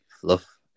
fluff